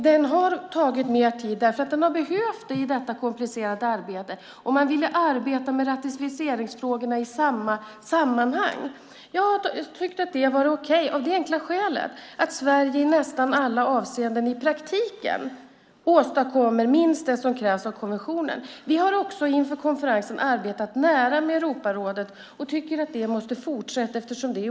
Det har tagit mer tid eftersom det har behövts i detta komplicerade arbete. Man ville arbeta med ratificeringsfrågorna i ett sammanhang. Jag har tyckt att det var okej av det enkla skälet att Sverige i praktiken i nästan alla avseenden åstadkommer minst det som krävs av konventionen. Vi har inför konferensen arbetat nära Europarådet och tycker att det måste fortsätta.